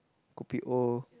kopi O